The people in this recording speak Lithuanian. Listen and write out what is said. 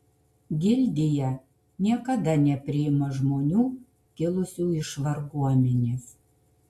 gildija niekada nepriima žmonių kilusių iš varguomenės